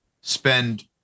spend